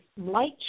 light